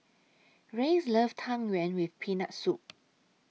Reyes loves Tang Yuen with Peanut Soup